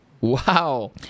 Wow